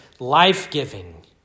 life-giving